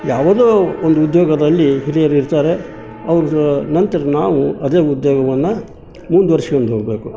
ಯಾವುದೋ ಒಂದು ಉದ್ಯೋಗದಲ್ಲಿ ಹಿರಿಯರು ಇರ್ತಾರೆ ಅವರದ್ದು ನಂತರ ನಾವು ಅದೇ ಉದ್ಯೋಗವನ್ನು ಮುಂದ್ವರಿಸ್ಕೊಂಡು ಹೋಗಬೇಕು